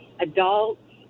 Adults